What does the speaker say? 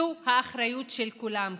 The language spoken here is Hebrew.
זו האחריות של כולם כאן.